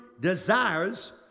desires